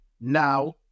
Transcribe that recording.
Now